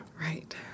right